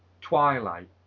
Twilight